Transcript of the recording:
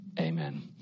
Amen